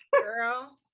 girl